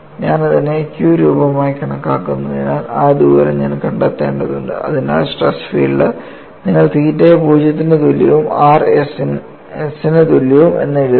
ഞാൻ അതിനെ Q രൂപമായി കണക്കാക്കുന്നതിനാൽ ഈ ദൂരം ഞാൻ കണ്ടെത്തേണ്ടതുണ്ട് അതേസമയം സ്ട്രെസ് ഫീൽഡ് നിങ്ങൾ തീറ്റയെ 0 ന് തുല്യവും r s ന് തുല്യവുമാണ് എന്നെഴുതുന്നു